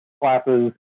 classes